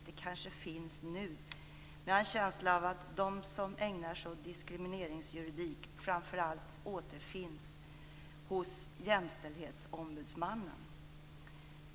Det kanske finns nu, men jag har en känsla av att de som ägnar sig åt diskrimineringsjuridik framför allt återfinns hos Jämställdhetsombudsmannen.